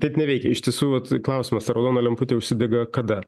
taip neveikia iš tiesų vat klausimas ar raudona lemputė užsidega kada